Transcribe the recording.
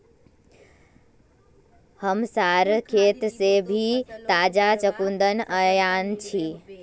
हमसार खेत से मी ताजा चुकंदर अन्याछि